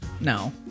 No